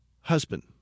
husband